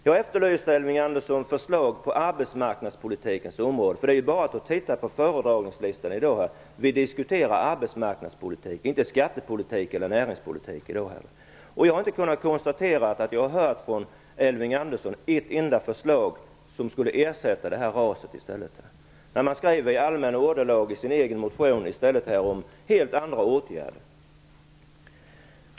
Jag efterlyste förslag på arbetsmarknadspolitikens område, Elving Andersson. Det är bara att titta på föredragningslistan i dag. Vi diskuterar arbetsmarknadspolitik, inte skattepolitik eller näringspolitik, här i dag. Jag har inte hört ett enda förslag från Elving Andersson som skulle ersätta RAS. I sin egen motion skriver man i allmänna ordalag om helt andra åtgärder.